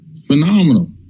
Phenomenal